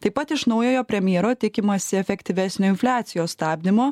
taip pat iš naujojo premjero tikimasi efektyvesnio infliacijos stabdymo